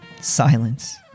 Silence